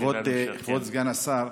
עוד שאלה.